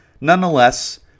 nonetheless